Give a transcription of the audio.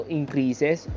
increases